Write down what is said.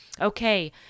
Okay